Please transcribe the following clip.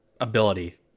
ability